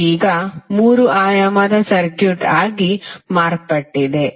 ಇದು ಈಗ 3 ಆಯಾಮದ ಸರ್ಕ್ಯೂಟ್ ಆಗಿ ಮಾರ್ಪಟ್ಟಿದೆ